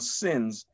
sins